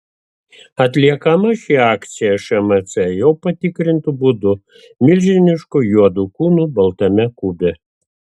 atliekama ši akcija šmc jau patikrintu būdu milžinišku juodu kūnu baltame kube